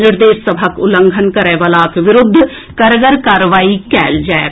निर्देश सभक उल्लंघन करयवलाक विरूद्व कड़गर कार्रवाई कयल जाएत